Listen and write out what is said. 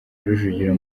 rujugiro